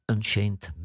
Unchained